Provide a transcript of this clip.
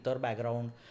background